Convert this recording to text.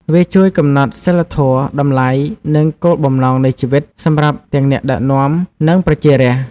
វាជួយកំណត់ សីលធម៌ តម្លៃ និង គោលបំណងនៃជីវិត សម្រាប់ទាំងអ្នកដឹកនាំ និងប្រជារាស្ត្រ។